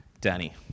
Danny